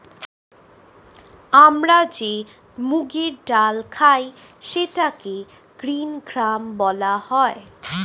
আমরা যে মুগের ডাল খাই সেটাকে গ্রীন গ্রাম বলা হয়